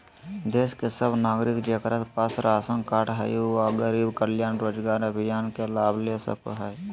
देश के सब नागरिक जेकरा पास राशन कार्ड हय उ गरीब कल्याण रोजगार अभियान के लाभ ले सको हय